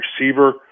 receiver